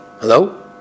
Hello